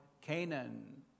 Canaan